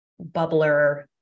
bubbler